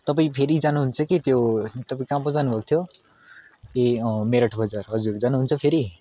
तपाईँ फेरि जानुहुन्छ कि त्यो तपाईँ कहाँ पो जानु भएको थियो ए अँ मेरठ बजार हजुर जानुहुन्छ फेरि